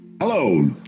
Hello